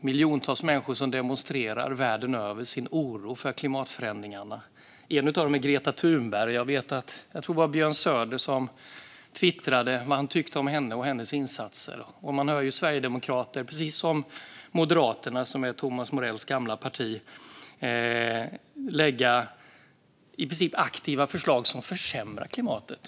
Miljontals människor demonstrerar världen över sin oro för klimatförändringarna. En av dem är Greta Thunberg. Jag tror att det var Björn Söder som twittrade vad han tycker om henne och hennes insatser. Man hör Sverigedemokraterna, precis som Thomas Morells gamla parti Moderaterna, lägga fram förslag som i princip aktivt försämrar klimatet.